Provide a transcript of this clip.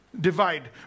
Divide